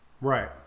Right